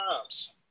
times